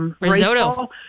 risotto